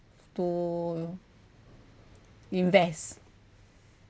to invest